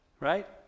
right